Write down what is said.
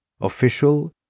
official